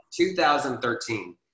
2013